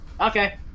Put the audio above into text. Okay